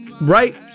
right